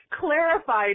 clarified